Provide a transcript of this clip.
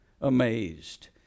amazed